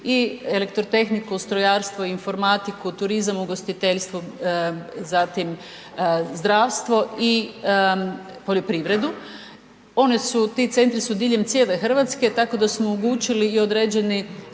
i elektrotehniku, strojarstvo, informatiku, turizam, ugostiteljstvo, zatim zdravstvo i poljoprivredu, one su, ti centri su diljem cijele RH, tako da smo omogućili i određeni